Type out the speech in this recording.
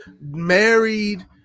married